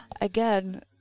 Again